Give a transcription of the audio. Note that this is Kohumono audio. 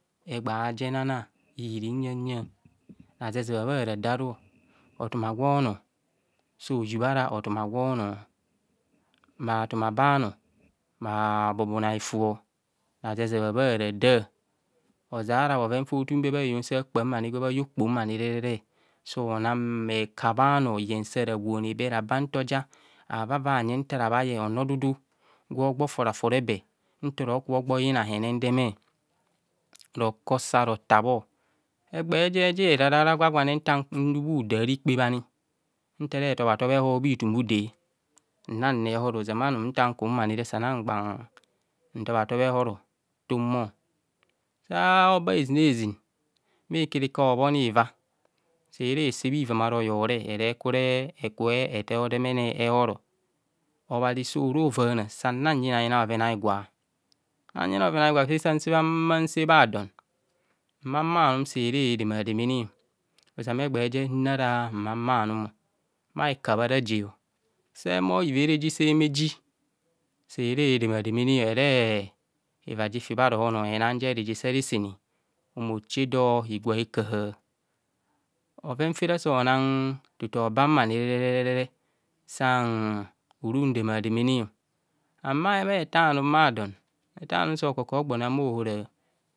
Egba jenona ihiri hunyanyan razep zebha bhara daru otuma g wonor sohu bha bobona hifu razeze bha bhoharada ozarabhoven fa bhotum be bha heyon sa kpam gwa bha ya okpoho sonan bhekabhe a nor yen sara wone be raba ntor ja avava bhange ntara nhayen ono dudu gwogbo fora fore be ntoro gbo yina hene ndeme rokor sa rotabho egba jeje rara gwag wane nta gwan nu bhude arikpe bhani ntere etobha tobhe yor bhi tum udey nan na ehor osoma anum ntan kumre sama gbam ntobha tobhe horo tunmor so ba ezinazin bhi karika obhoniva sere se bha ivan aro yore ere kure ekubho etor domene ehor obhazi soro vana sara nyiyina bhoven a'gwa, samyina bhoven a'gwa fe san sebhama sem sebha don mma mma num selaer edemademene ozama egba je nu ara mma mma num bha he ka bhe ara je sehumo ivere ji sehumk eji sere edema demene ere eva ji efi bharohon enom ji reje sa re sene ohumo oshe dor higwa ekaya bhovenfere sonan tutu obam anire san urundema demene an bheta num bhadon etanum so ko ko gbo na bho ohora.